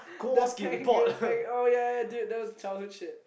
the penguin penguin oh ya ya dude that was childhood shit